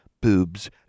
boobs